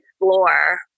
explore